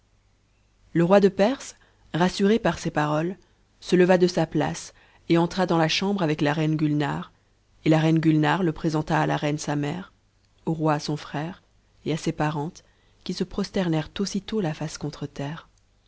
le roi de perse rassuré par ces paroles se leva de sa place et entra dans la chambre avec la reine gulnare et la reine gulnare le présenta à la rpin sa mère au roi son n'ère et à ses parentes qui se prosternèrent aussitôt ta iace contre terre